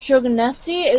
shaughnessy